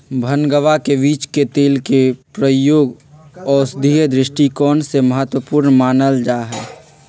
भंगवा के बीज के तेल के प्रयोग औषधीय दृष्टिकोण से महत्वपूर्ण मानल जाहई